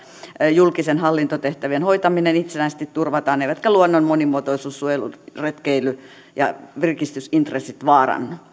julkisten hallintotehtävien hoitaminen itsenäisesti turvataan eivätkä luonnon monimuotoisuus suojelu retkeily ja virkistysintressit vaarannu